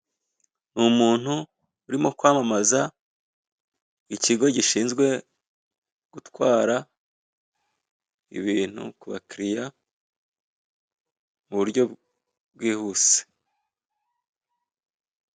Ni umuntu urimo kwamamaza ikigo gishinzwe gutwara ibintu kubakiriya mu buryo bwihuse.